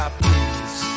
please